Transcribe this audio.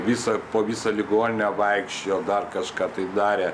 visą po visą ligoninę vaikščiojo dar kažką tai darė